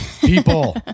People